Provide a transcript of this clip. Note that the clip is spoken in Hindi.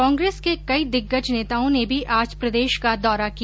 कांग्रेस के कई दिग्गज नेताओं ने भी आज प्रदेश का दौरा किया